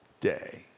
day